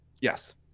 Yes